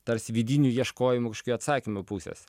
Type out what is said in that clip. tarsi vidinių ieškojimų kažkokių atsakymų pusės